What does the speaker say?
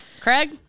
Craig